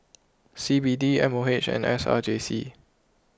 C B D M O H and S R J C